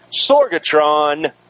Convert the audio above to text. Sorgatron